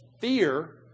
fear